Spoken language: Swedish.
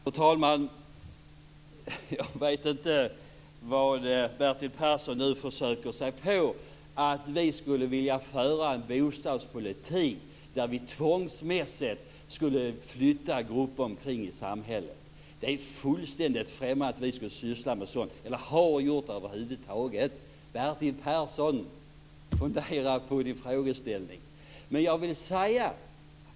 Fru talman! Jag vet inte om Bertil Persson försöker säga att vi skulle vilja föra en bostadspolitik där vi tvångsmässigt skulle flytta omkring grupper i samhället. Det är fullständigt främmande att vi skulle syssla med sådant, eller att vi över huvud taget skulle ha gjort det. Fundera på din frågeställning, Bertil Persson!